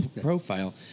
profile